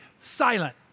silent